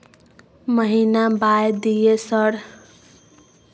महीना बाय दिय सर?